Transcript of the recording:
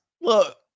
Look